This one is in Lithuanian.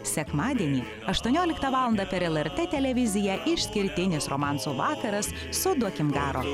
sekmadienį aštuonioliktą valandą per lrt televiziją išskirtinis romansų vakaras su duokim garo